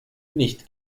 nicht